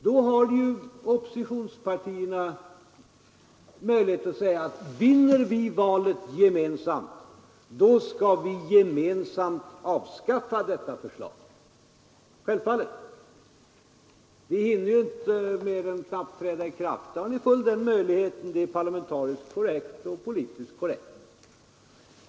Då har ju oppositionspartierna möjlighet att säga: Vinner vi valet gemensamt, skall vi gemensamt avskaffa detta förslag. Självfallet är det så. Förslaget hinner inte mer än träda i kraft förrän ni har den möjligheten. Detta är parlamentariskt korrekt och politiskt korrekt.